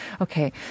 Okay